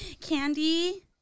Candy